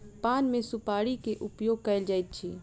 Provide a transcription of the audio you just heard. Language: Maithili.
पान मे सुपाड़ी के उपयोग कयल जाइत अछि